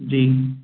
जी